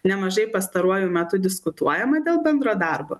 nemažai pastaruoju metu diskutuojama dėl bendro darbo